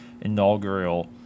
inaugural